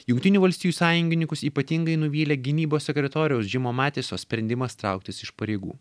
jungtinių valstijų sąjungininkus ypatingai nuvylė gynybos sekretoriaus džimo matiso sprendimas trauktis iš pareigų